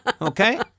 Okay